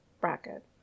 bracket